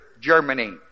Germany